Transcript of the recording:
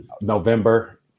November